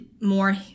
more